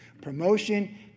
Promotion